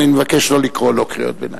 אני מבקש לא לקרוא לו קריאות ביניים.